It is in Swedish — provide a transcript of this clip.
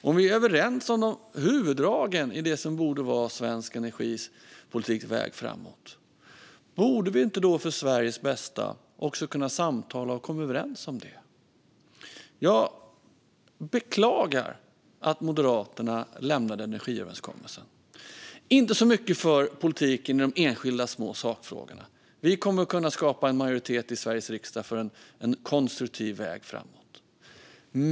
Om vi är överens om huvuddragen i det som borde vara svensk energipolitiks väg framåt, borde vi då inte för Sveriges bästa också kunna samtala och komma överens om det? Jag beklagar att Moderaterna lämnade energiöverenskommelsen, inte så mycket för politiken i de enskilda små sakfrågorna. Vi kommer att kunna skapa en majoritet i Sveriges riksdag för en konstruktiv väg framåt.